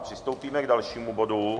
Přistoupíme k dalšímu bodu.